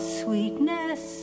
sweetness